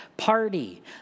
party